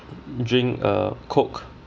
drink uh coke